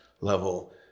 level